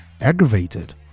aggravated